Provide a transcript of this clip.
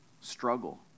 struggle